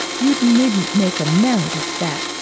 you needn't make a merit of that,